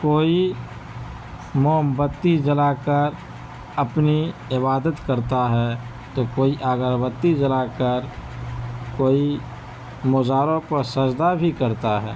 کوئی موم بتی جلاتا کر اپنی عبادت کرتا ہے تو کوئی آگربتی جلا کر کوئی مزاروں پر سجدہ بھی کرتا ہے